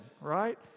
right